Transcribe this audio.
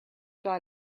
got